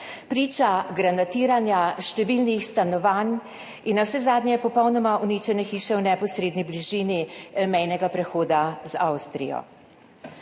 priča granatiranja številnih stanovanj in navsezadnje popolnoma uničene hiše v neposredni bližini mejnega prehoda z Avstrijo.